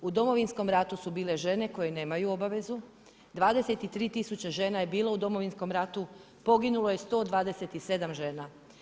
U Domovinskom ratu su bile žene koje nemaju obavezu, 23 tisuće žena je bilo u Domovinskom ratu, poginulo je 127 žena.